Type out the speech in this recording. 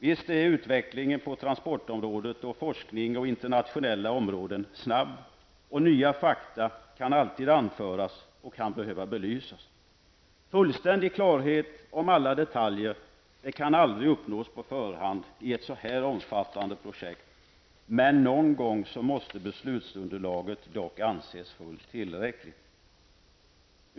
Visst är utvecklingen på transportområdet och forskningen på internationella områden snabb, och nya fakta kan alltid anföras och kan behöva belysas. Fullständig klarhet om alla detaljer kan aldrig uppnås på förhand i ett så här omfattande projekt, men någon gång måste beslutsunderlaget dock anses fullt tillräckligt.